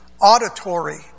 auditory